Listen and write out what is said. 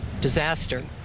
disaster